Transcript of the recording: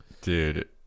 dude